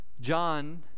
John